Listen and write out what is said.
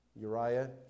Uriah